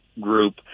group